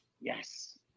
Yes